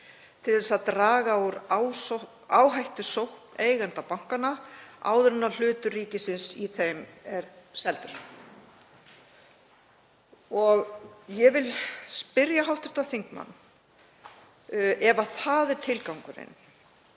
til að draga úr áhættusókn eigenda bankanna áður en hlutur ríkisins í þeim er seldur. Ég vil spyrja hv. þingmann: Ef það er tilgangurinn,